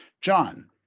John